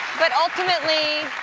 but ultimately,